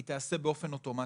היא תיעשה באופן אוטומטי.